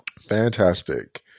Fantastic